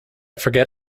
forget